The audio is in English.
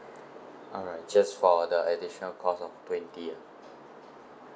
alright just for the additional cost of twenty ah